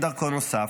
אין דרכון נוסף,